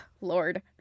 Lord